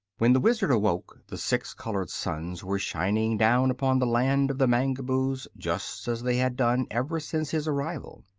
when the wizard awoke the six colored suns were shining down upon the land of the mangaboos just as they had done ever since his arrival.